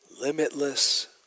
limitless